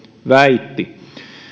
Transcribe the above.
väitti